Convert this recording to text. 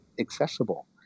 accessible